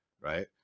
right